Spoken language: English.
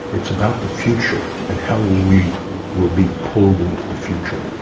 it's about the future and how we will be pulled into the future.